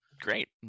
great